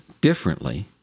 differently